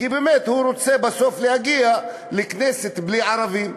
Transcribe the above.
כי באמת הוא רוצה בסוף להגיע לכנסת בלי ערבים,